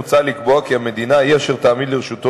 מוצע לקבוע כי המדינה היא אשר תעמיד לרשותו